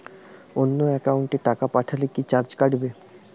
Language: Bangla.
অন্য একাউন্টে টাকা পাঠালে কি চার্জ কাটবে?